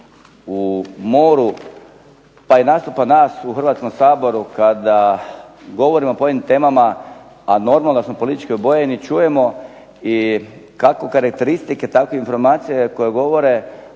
u moru pa i nastupa nas u Hrvatskom saboru kada govorimo o pojedinim temama, a normalno smo politički obojeni, čujemo kako karakteristike tako i informacije koje govore